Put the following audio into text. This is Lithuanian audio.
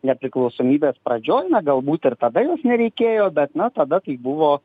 nepriklausomybės pradžioj galbūt ir tada jos nereikėjo bet na tada tai buvo